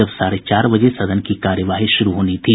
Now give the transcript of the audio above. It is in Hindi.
जब साढ़े चार बजे सदन की कार्यवाही शुरू होनी थी